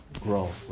grow